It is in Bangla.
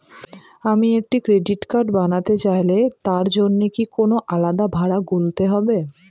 আমি একটি ক্রেডিট কার্ড বানাতে চাইলে তার জন্য কি কোনো আলাদা ভাড়া গুনতে হবে?